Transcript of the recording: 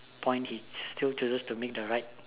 point he still chooses to make the right